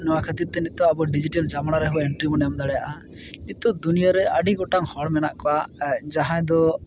ᱱᱚᱣᱟ ᱠᱷᱟᱹᱛᱤᱨᱛᱮ ᱱᱤᱛᱚᱜ ᱟᱵᱚ ᱰᱤᱡᱤᱴᱮᱞ ᱡᱚᱢᱟᱱᱟ ᱨᱮᱦᱚᱸ ᱮᱱᱴᱨᱤ ᱵᱚᱱ ᱮᱢ ᱫᱟᱲᱮᱭᱟᱜᱼᱟ ᱱᱤᱛᱚᱜ ᱫᱩᱱᱤᱭᱟᱹᱨᱮ ᱟᱹᱰᱤ ᱜᱚᱴᱟᱝ ᱦᱚᱲ ᱢᱮᱱᱟᱜ ᱠᱚᱣᱟ ᱡᱟᱦᱟᱸᱭ ᱫᱚ